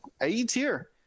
A-Tier